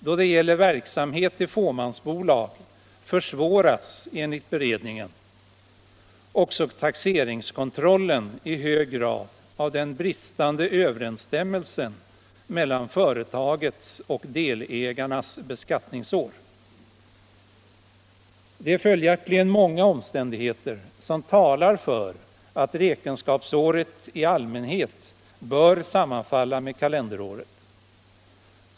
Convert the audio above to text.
Då det gäller verksamhet i fåmansbolag försvåras enligt beredningen också taxeringskontrollen i hög grad av den bristande överensstämmelsen mellan företagets och delägarnas beskattningsår. Det är följaktligen många omständigheter som talar för att räkenskapsåret i allmänhet bör sammanfalla med kalenderåret.